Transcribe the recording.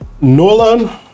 Nolan